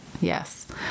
Yes